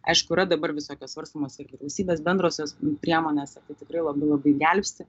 aišku yra dabar visokios svarstomos ir vyriausybės bendrosios priemonės ir tai tikrai labai labai gelbsti